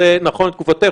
זה נכון לתקופתך,